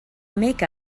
make